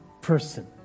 person